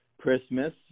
Christmas